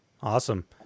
Awesome